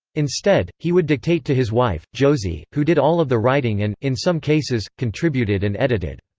instead, he would dictate to his wife, josie, who did all of the writing and, in some cases, contributed and edited.